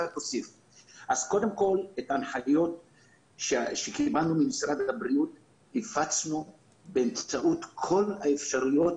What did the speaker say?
קודם כול את ההנחיות שקיבלנו ממשרד הבריאות הפצנו באמצעות כל האפשרויות